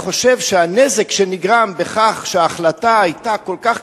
אני חושב שהנזק שנגרם בכך שההחלטה היתה כל כך